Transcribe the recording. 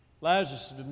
Lazarus